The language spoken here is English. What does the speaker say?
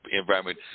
environment